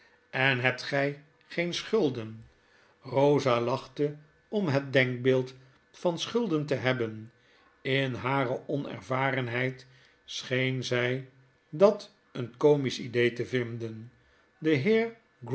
en hebt gij geen schulden rosa lachte om het denkbeeld van schulden te hebben in hare onervarenheid scheen zy dat een komisch idee te vinden de